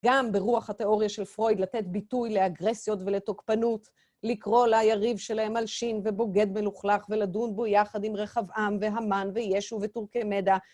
גם ברוח התיאוריה של פרויד, לתת ביטוי לאגרסיות ולתוקפנות, לקרוא ליריב שלהם "מלשין" ו"בוגד מלוכלך", ולדון בו יחד עם רחבעם והמן וישו וטורקמדה.